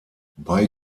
bei